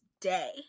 day